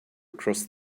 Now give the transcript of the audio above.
across